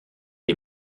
est